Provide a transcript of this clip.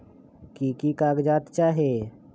की की कागज़ात चाही?